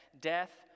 death